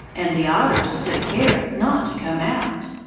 and the otters took care not to come out.